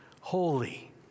holy